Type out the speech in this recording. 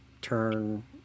turn